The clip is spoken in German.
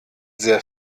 sehr